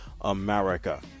america